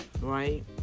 right